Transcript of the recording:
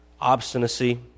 obstinacy